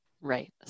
Right